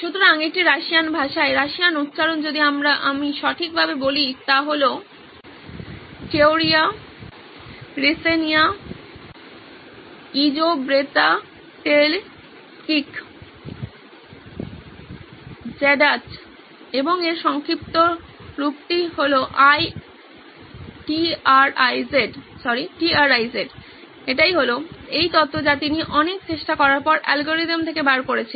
সুতরাং এটি রাশিয়ান ভাষায় রাশিয়ান উচ্চারণ যদি আমি সঠিকভাবে বলি তবে তা হলো теория решения изобретательских задач Teoriya Resheniya Izobretatelskikh Zadatch এবং এর সংক্ষিপ্ত রূপ টি আর আই জেড হল এই তত্ত্ব যা তিনি অনেক চেষ্টা করার পর অ্যালগরিদম থেকে বার করেছিলেন